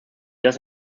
does